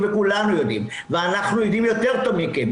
וכולנו יודעים ואנחנו יודעים יותר טוב מכם,